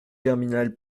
germinal